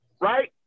right